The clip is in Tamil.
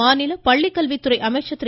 மாநில பள்ளிக்கல்வித்துறை அமைச்சர் திரு